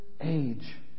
age